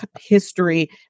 history